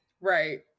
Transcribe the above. right